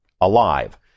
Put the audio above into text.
alive